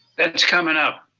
that's coming up.